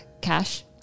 cash